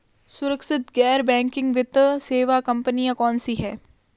सुरक्षित गैर बैंकिंग वित्त सेवा कंपनियां कौनसी हैं?